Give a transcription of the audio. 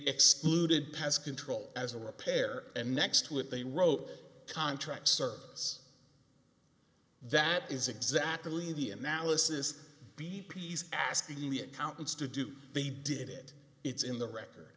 excluded pest control as a repair and next to it they wrote contract service that is exactly the analysis b p s asking the accountants to do they did it it's in the record